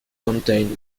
contained